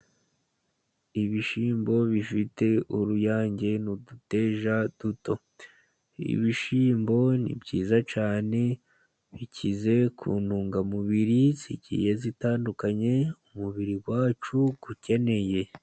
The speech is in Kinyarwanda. Ibishyimbo bifite uruyange n'uduteja duto. Ibishyimbo ni byiza cyane, bikize ku ntungamubiri zigiye zitandukanye, umubiri wacu ukeneye.